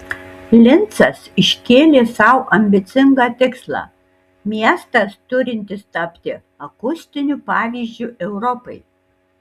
lincas iškėlė sau ambicingą tikslą miestas turintis tapti akustiniu pavyzdžiu europai